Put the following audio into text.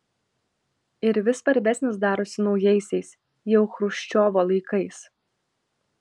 ir vis svarbesnis darosi naujaisiais jau chruščiovo laikais